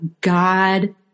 God